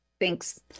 Thanks